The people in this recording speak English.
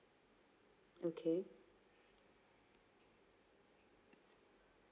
okay